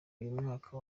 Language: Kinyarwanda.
mwaka